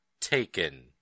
taken